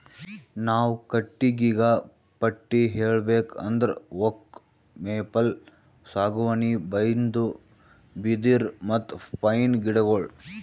ನಾವ್ ಕಟ್ಟಿಗಿಗಾ ಪಟ್ಟಿ ಹೇಳ್ಬೇಕ್ ಅಂದ್ರ ಓಕ್, ಮೇಪಲ್, ಸಾಗುವಾನಿ, ಬೈನ್ದು, ಬಿದಿರ್, ಮತ್ತ್ ಪೈನ್ ಗಿಡಗೋಳು